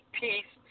peace